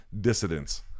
dissidents